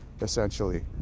essentially